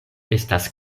estas